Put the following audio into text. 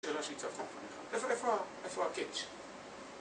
איפה ה... איפה הקאצ׳?